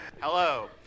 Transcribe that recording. Hello